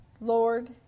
Lord